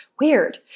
Weird